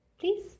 Please